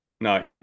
No